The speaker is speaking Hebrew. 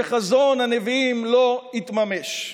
שחזון הנביאים לא יתממש.